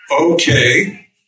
Okay